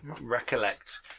recollect